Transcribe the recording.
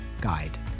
guide